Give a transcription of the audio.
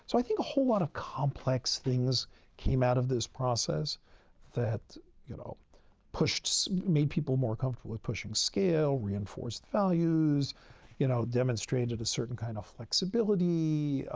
so i think a whole lot of complex things came out of this process that you know pushed made people more comfortable with pushing scale, reinforced values you know, demonstrated a certain kind of flexibility,